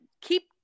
keep